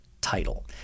title